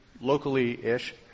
locally-ish